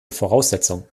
voraussetzung